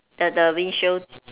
the the windshield